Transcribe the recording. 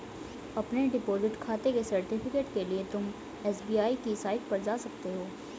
अपने डिपॉजिट खाते के सर्टिफिकेट के लिए तुम एस.बी.आई की साईट पर जा सकते हो